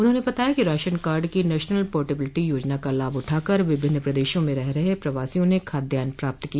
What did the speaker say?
उन्होंने बताया कि राशन कार्ड की नेशनल पोर्टेबिलिटी योजना का लाभ उठाकर विभिन्न प्रदेशों में रह रहे प्रवासियों ने खाद्यान्न प्राप्त किया